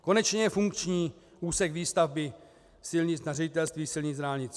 Konečně je funkční úsek výstavby silnic na Ředitelství silnic a dálnic.